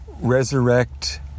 resurrect